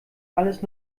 alles